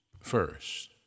first